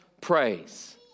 praise